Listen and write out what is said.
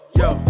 yo